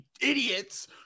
idiots